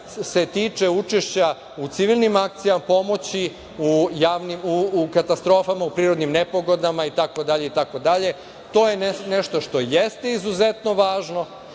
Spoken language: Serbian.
se tiče učešća u civilnim akcijama, pomoći u katastrofama, u prirodnim nepogodama, itd. To je nešto što jeste izuzetno važno,